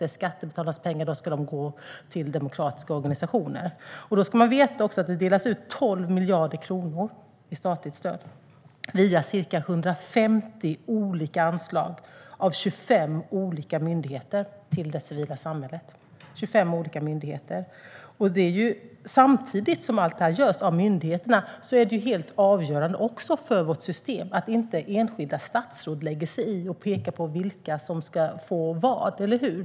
Det är skattebetalarnas pengar, och de ska gå till demokratiska organisationer. Man ska veta att det delas ut 12 miljarder kronor i statligt stöd via ca 150 olika anslag av 25 olika myndigheter till det civila samhället. Samtidigt som allt det här görs av myndigheterna är det helt avgörande också för vårt system att enskilda statsråd inte lägger sig i och pekar på vilka som ska få vad. Eller hur?